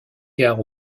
gare